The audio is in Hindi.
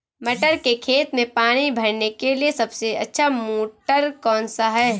मटर के खेत में पानी भरने के लिए सबसे अच्छा मोटर कौन सा है?